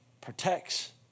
protects